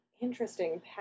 interesting